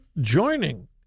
joining